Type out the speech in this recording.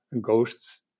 ghosts